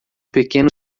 pequeno